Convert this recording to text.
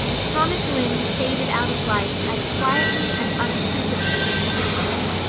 thomas lynde faded out of life as quietly and unobtrusively as he had lived it.